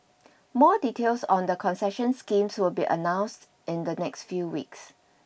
more details on the concession schemes will be announced in the next few weeks